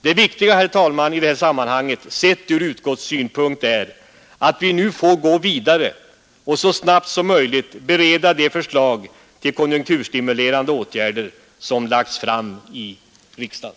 Det viktiga, herr talman, i sammanhanget sett från utskottssynpunkt är att vi nu får gå vidare och så snabbt som möjligt bereda de förslag till konjunkturstimulerande åtgärder som har lagts fram i riksdagen.